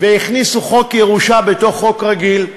והכניסו חוק ירושה בתוך חוק רגיל.